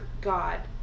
God